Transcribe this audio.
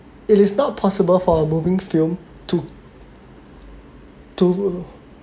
it is not possible for a moving film to to to